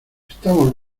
estamos